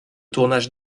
tournage